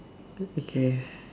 okay